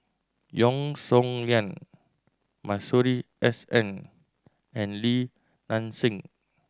Yeo Song Nian Masuri S N and Li Nanxing